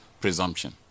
presumption